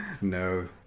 No